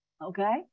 Okay